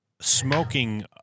smoking –